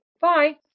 Bye